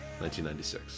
1996